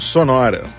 Sonora